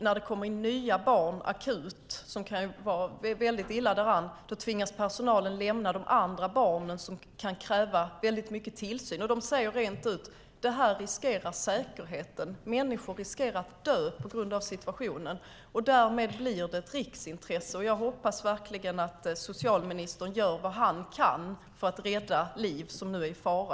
När det kommer in nya barn akut som kan vara väldigt illa däran tvingas personalen lämna de andra barnen, som kan kräva mycket tillsyn. Cheferna säger rent ut: Det här riskerar säkerheten. Människor riskerar att dö på grund av situationen. Därmed blir det ett riksintresse, och jag hoppas verkligen att socialministern gör vad han kan för att rädda liv som nu är i fara.